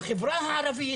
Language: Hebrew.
בחברה הערבית